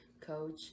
coach